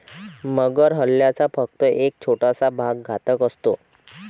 मगर हल्ल्याचा फक्त एक छोटासा भाग घातक असतो